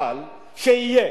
אבל שיהיה.